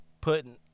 putting –